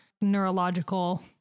neurological